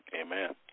Amen